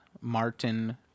Martin